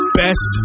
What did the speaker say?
best